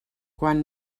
quan